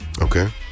Okay